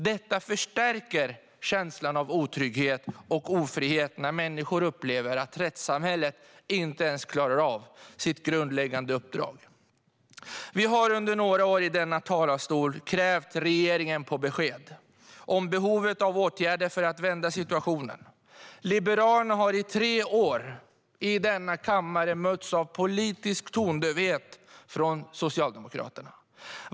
Det förstärker känslan av otrygghet och ofrihet när människor upplever att rättssamhället inte ens klarar av sitt grundläggande uppdrag. Vi har under några år i denna talarstol krävt regeringen på besked. Det handlar om behovet av åtgärder för att vända situationen. Liberalerna har i tre år i denna kammare mötts av politisk tondövhet från Socialdemokraterna.